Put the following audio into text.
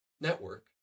Network